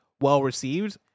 well-received